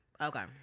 Okay